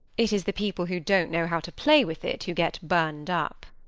it is the people who don't know how to play with it who get burned up.